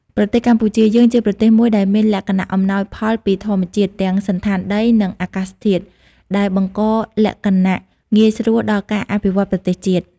ប្រទេសកម្ពុជាយើង ជាប្រទេសមួយដែលមានលក្ខណៈអំណោយផលពីធម្មជាតិ ទាំងសណ្ឋានដី និង អាកាសធាតុ ដែលបង្ករលក្ខណះងាយស្រួល ដល់ការអភិវឌ្ឍប្រទេសជាតិ ។